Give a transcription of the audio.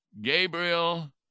Gabriel